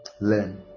learn